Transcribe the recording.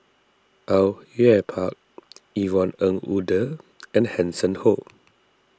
Au Yue Pak Yvonne Ng Uhde and Hanson Ho